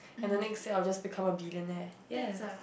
and then next day I just become billionaire